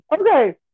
okay